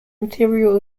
material